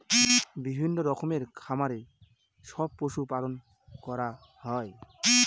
বিভিন্ন রকমের খামারে সব পশু পালন করা হয়